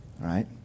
Right